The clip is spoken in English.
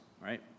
right